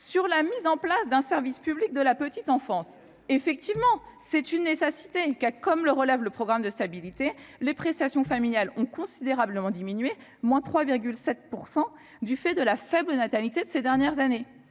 la mise en place d'un service public de la petite enfance est bien une nécessité. Comme l'indique le programme de stabilité, les prestations familiales ont considérablement diminué, de 3,7 %, du fait de la faible natalité de ces dernières années.